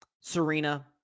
Serena